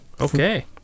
Okay